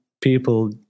people